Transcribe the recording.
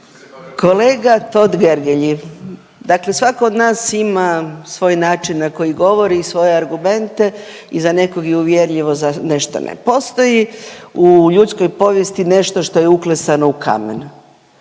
Kolega Totgergeli, dakle svatko od nas ima svoj način na koji govori i svoje argumente i za nekog je uvjerljivo za nešto ne. Postoji u ljudskoj povijesti nešto što je uklesano u kamen,